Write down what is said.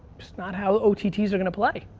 not how otts are gonna play.